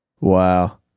Wow